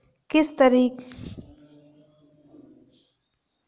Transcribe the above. किस तरीके से बाजरे की फसल की अच्छी उपज तैयार कर सकते हैं?